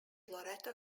loreto